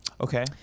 okay